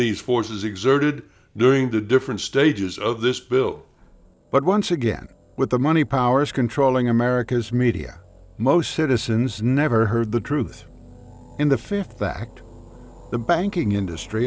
these forces exerted during the different stages of this bill but once again with the money powers controlling america's media most citizens never heard the truth in the fifth act the banking industry